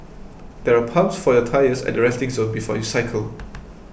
there are pumps for your tyres at resting zone before you cycle